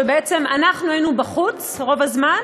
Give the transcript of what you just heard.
ובעצם אנחנו היינו בחוץ רוב הזמן.